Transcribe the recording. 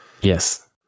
Yes